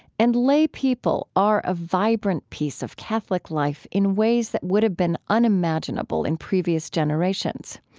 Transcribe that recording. and lay people are a vibrant piece of catholic life in ways that would have been unimaginable in previous generations.